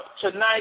tonight